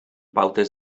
pautes